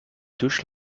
douche